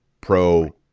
pro